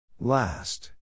Last